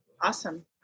Awesome